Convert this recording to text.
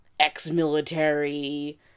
ex-military